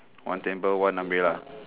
one table one umbrella